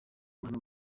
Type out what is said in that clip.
rwanda